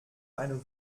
eine